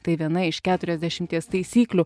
tai viena iš keturiasdešimties taisyklių